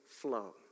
flow